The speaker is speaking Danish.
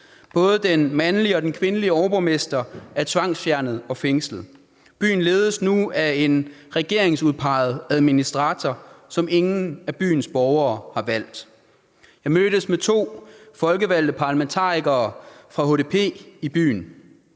Både den mandlige og den kvindelige overborgmester er tvangsfjernet og fængslet. Byen ledes nu af en regeringsudpeget administrator, som ingen af byens borgere har valgt. Jeg mødtes med to folkevalgte parlamentarikere fra HDP i byen.